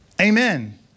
Amen